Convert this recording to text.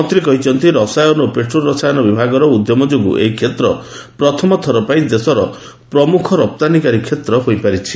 ମନ୍ତ୍ରୀ କହିଛନ୍ତି ରସାୟନ ଓ ପେଟ୍ରୋ ରସାୟନ ବିଭାଗର ଉଦ୍ୟମ ଯୋଗ୍ରୁଁ ଏହି କ୍ଷେତ୍ର ପ୍ରଥମଥର ପାଇଁ ଦେଶର ପ୍ରମ୍ରଖ ରପ୍ତାନିକାରୀ କ୍ଷେତ୍ର ହୋଇପାରିଛି